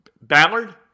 Ballard